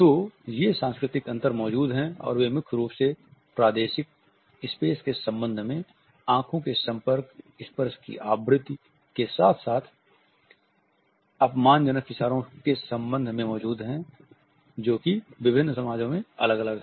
तो ये सांस्कृतिक अंतर मौजूद हैं और वे मुख्य रूप से प्रादेशिक स्पेस के संबंध में आंखों के संपर्क स्पर्श की आवृत्ति के साथ साथ अपमान जनक इशारों के संबंध में मौजूद हैं जो कि विभिन्न समाजों में अलग अलग हैं